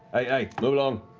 hey! move along.